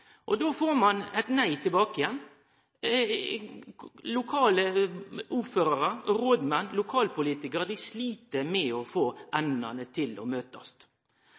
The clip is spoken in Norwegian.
Då får ein eit nei tilbake. Lokale ordførarar, rådmenn og lokalpolitikarar slit med å få endane til å møtast.